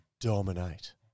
dominate